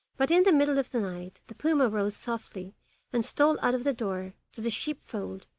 but in the middle of the night the puma rose softly and stole out of the door to the sheep-fold,